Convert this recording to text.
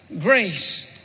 grace